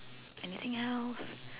anything else